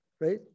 right